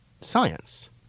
science